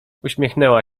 uśmiechnęła